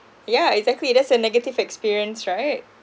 yeah exactly that's a negative experience right